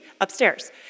upstairs